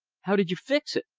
how did you fix it?